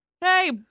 Hey